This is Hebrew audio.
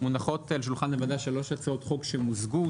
מונחות על שולחן הוועדה שלוש הצעות חוק שמוזגו.